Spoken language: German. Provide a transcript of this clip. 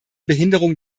behinderung